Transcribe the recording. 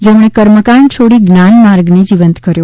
જેમણે કર્મકાંડ છોડી જ્ઞાનમાર્ગને જીવંત કર્યો